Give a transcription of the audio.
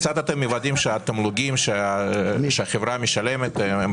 איך אתם מוודאים שהתמלוגים שהחברה משלמת של החברה